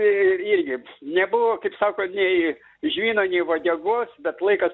tai irgi nebuvo kaip sako nei žvyno nei uodegos bet laikas